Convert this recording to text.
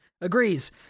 agrees